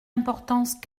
importance